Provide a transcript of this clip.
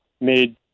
made